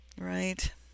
right